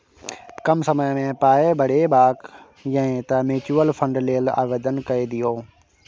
कम समयमे पाय बढ़ेबाक यै तँ म्यूचुअल फंड लेल आवेदन कए दियौ